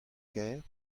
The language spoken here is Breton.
kêr